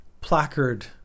placard